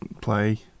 play